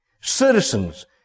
citizens